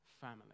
family